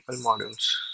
models